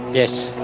yes.